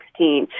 2016